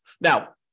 Now